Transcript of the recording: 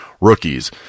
rookies